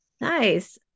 nice